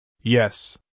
Yes